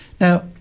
Now